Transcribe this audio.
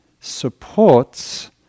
supports